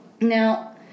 Now